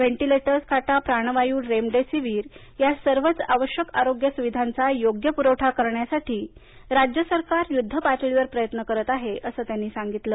ventilators खाटा प्राणवायू remdesivir या सर्वच आवश्यक आरोग्य सुविधांचा योग्य पुरवठा करण्यासाठी राज्य सरकार युद्ध पातळीवर प्रयत्न करत आहे असं त्यांनी सांगितलं